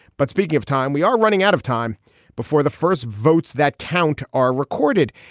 but speaking of time, we are running out of time before the first votes that count are recorded.